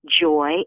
Joy